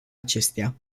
acestea